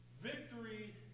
Victory